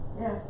yes